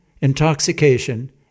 intoxication